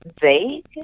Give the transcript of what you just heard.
vague